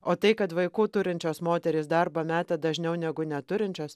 o tai kad vaikų turinčios moterys darbą meta dažniau negu neturinčios